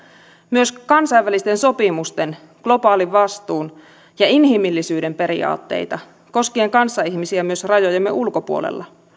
myös kansainvälisten sopimusten globaalin vastuun ja inhimillisyyden periaatteita koskien kanssaihmisiä myös rajojemme ulkopuolella